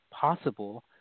possible